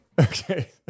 Okay